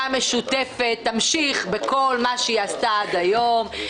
המשותפת תמשיך בכל מה שהיא עשתה עד היום.